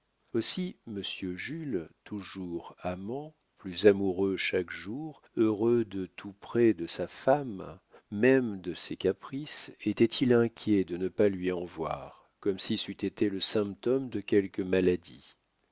aussi monsieur jules toujours amant plus amoureux chaque jour heureux de tout près de sa femme même de ses caprices était-il inquiet de ne pas lui en voir comme si c'eût été le symptôme de quelque maladie